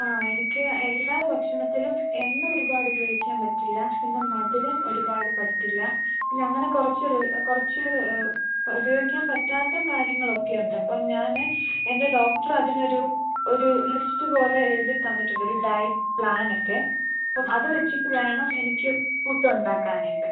ആ എനിക്ക് എല്ലാ ഭക്ഷണത്തിലും എണ്ണ ഒരുപാട് ഉപയോഗിക്കാന് പറ്റില്ല പിന്നെ മധുരം ഒരുപാട് പറ്റില്ല പിന്നങ്ങനെ കുറച്ച് കുറച്ച് ഉപയോഗിക്കാന് പറ്റാത്ത കാര്യങ്ങളൊക്കെയുണ്ട് അപ്പം ഞാന് എന്റെ ഡോക്ടര് അതിനൊരു ഒരു ലിസ്റ്റ് പോലെ എഴുതി തന്നിട്ടുണ്ട് ഒരു ഡയറ്റ് പ്ലാന് ഒക്കെ അപ്പം അത് വെച്ചിട്ട് വേണം എനിക്ക് ഫുഡ് ഉണ്ടാക്കാനായിട്ട്